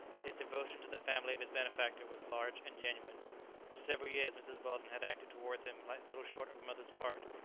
his devotion to the family of his benefactor was large and genuine. for several years mrs. weldon had acted towards him little short of a mother's part,